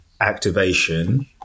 activation